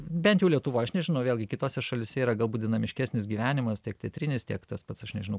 bent jau lietuvoj aš nežinau vėlgi kitose šalyse yra galbūt dinamiškesnis gyvenimas tiek teatrinis tiek tas pats aš nežinau